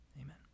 amen